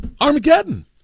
Armageddon